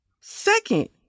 Second